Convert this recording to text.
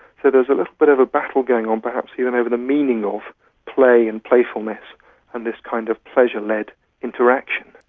so there's a little bit of a battle going on perhaps even over the meaning of play and playfulness and this kind of pleasure-led interaction.